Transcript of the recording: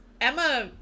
Emma